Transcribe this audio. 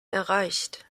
erreicht